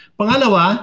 pangalawa